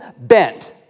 bent